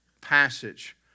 passage